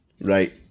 Right